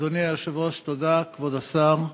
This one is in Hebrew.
אדוני היושב-ראש, תודה, כבוד השר,